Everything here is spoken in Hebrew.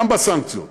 גם בסנקציות